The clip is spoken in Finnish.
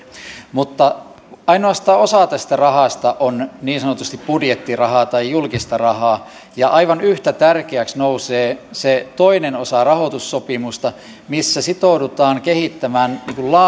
mutta ainoastaan osa tästä rahasta on niin sanotusti budjettirahaa tai julkista rahaa aivan yhtä tärkeäksi nousee se toinen osa rahoitussopimusta missä sitoudutaan kehittämään